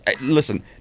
Listen